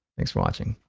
thanks for watching.